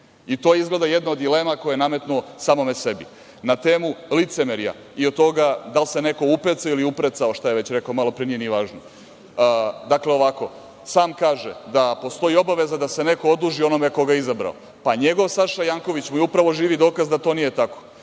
To je jedna od dilema koje je nametnuo, samo ne sebi na temu licemerja i od toga da li se neko upecao ili uprecao, šta je rekao malo pre, nije ni važno. Sam kaže da postoji obaveza da se neko oduži onome koga je izabrao, pa njegov Saša Janković mu je upravo živi dokaz da to nije tako.